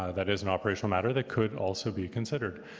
ah that is an operational matter that could also be considered.